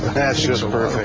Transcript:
passes over